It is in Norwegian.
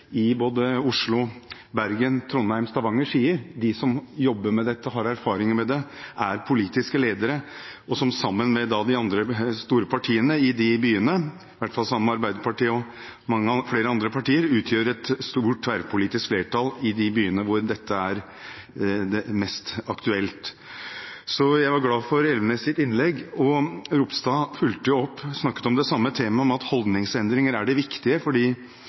i både Oslo, Bergen, Trondheim og Stavanger sier, de som jobber med og har erfaringer med dette, som er lokale politiske ledere, og som sammen med de andre store partiene i disse byene, i hvert fall sammen med Arbeiderpartiet og flere andre partier, utgjør et stort tverrpolitisk flertall i de byene hvor dette er mest aktuelt. Så jeg var glad for Elvenes’ innlegg. Ropstad fulgte opp og snakket om det samme temaet, om at holdningsendringer er viktige, fordi det